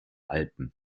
alpen